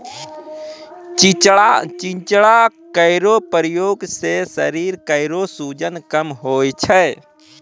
चिंचिड़ा केरो प्रयोग सें शरीर केरो सूजन कम होय छै